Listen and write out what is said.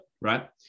right